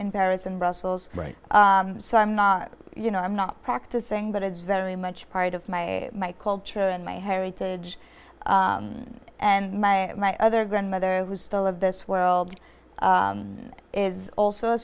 d paris and brussels right so i'm not you know i'm not practicing but it's very much part of my my culture and my heritage and my my other grandmother who still of this world is also a